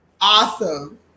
Awesome